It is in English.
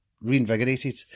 reinvigorated